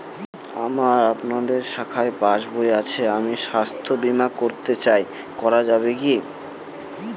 আমার আপনাদের শাখায় পাসবই আছে আমি স্বাস্থ্য বিমা করতে চাই করা যাবে কি?